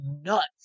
nuts